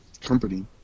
company